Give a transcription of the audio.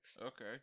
okay